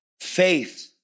Faith